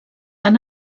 han